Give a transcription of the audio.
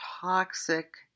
toxic